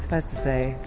suffice to say,